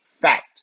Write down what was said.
fact